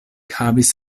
havis